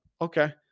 Okay